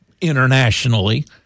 internationally